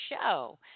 show